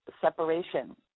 Separation